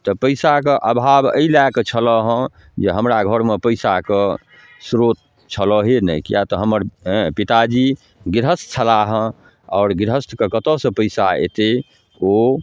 तऽ पइसाके अभाव एहि लऽ कऽ छलै हँ जे हमरा घरमे पइसाके स्रोत छलैए नहि किएक तऽ हमर हेँ पिताजी गिरहस्थ छलाह हँ आओर गिरहस्थके कतऽसँ पइसा अएतै ओ